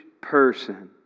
person